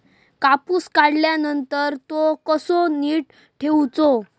कापूस काढल्यानंतर तो कसो नीट ठेवूचो?